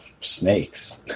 snakes